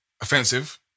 offensive